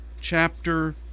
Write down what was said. chapter